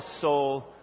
soul